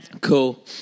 Cool